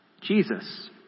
Jesus